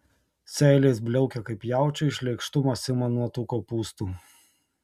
seilės bliaukia kaip jaučiui šleikštumas ima nuo tų kopūstų